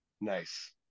nice